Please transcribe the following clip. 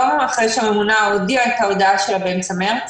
יום אחרי שהממונה הודיעה את ההודעה שלה באמצע מרץ,